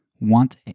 want